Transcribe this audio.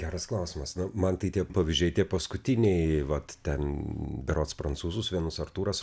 geras klausimas na man tai tie pavyzdžiai tie paskutiniai vat ten berods prancūzus vienus artūras